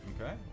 okay